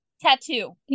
Tattoo